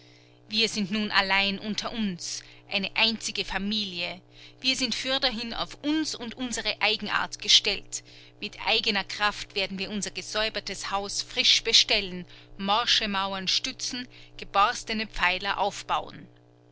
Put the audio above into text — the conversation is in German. wir sind nun allein unter uns eine einzige familie wir sind fürderhin auf uns und unsere eigenart gestellt mit eigener kraft werden wir unser gesäubertes haus frisch bestellen morsche mauern stützen geborstene pfeiler aufbauen